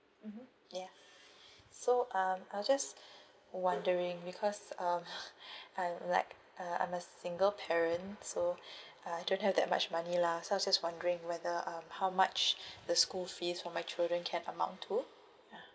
mmhmm ya so um I was just wondering because um I'm like uh I'm a single parent so I don't have that much money lah so I was just wondering whether um how much the school fees for my children can amount to ya